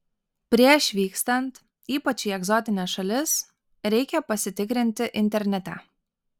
prieš vykstant ypač į egzotines šalis reikia pasitikrinti internete